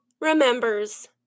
remembers